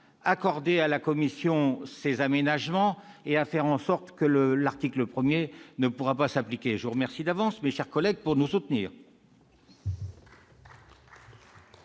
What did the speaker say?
accorder à la commission ses aménagements et à faire en sorte que l'article 1 ne s'applique pas. Je vous remercie par avance, mes chers collègues, de nous soutenir.